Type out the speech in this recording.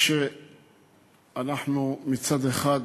כשאנחנו מצד אחד